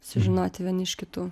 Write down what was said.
sužinoti vieni iš kitų